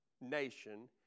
nation